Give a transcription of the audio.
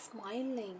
smiling